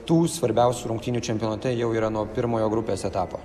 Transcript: tų svarbiausių rungtynių čempionate jau yra nuo pirmojo grupės etapo